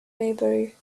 maybury